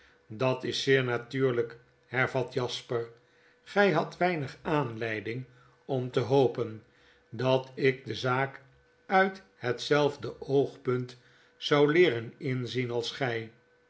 geeft datis zeer natuurlijk hervat jasper gry hadt weinig aanleiding om te hopen dat ik de zaak uit hetzelfde oogpunt zou leeren inzienalsgy gy